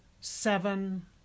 seven